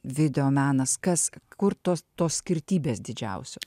videomenas kas kur tos tos skirtybės didžiausios